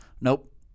Nope